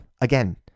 Again